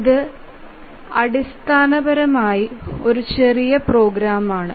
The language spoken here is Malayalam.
ഇത് അടിസ്ഥാനപരമായി ഒരു ചെറിയ പ്രോഗ്രാം ആണ്